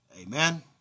amen